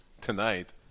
tonight